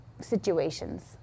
situations